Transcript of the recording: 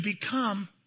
become